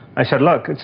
i said, look,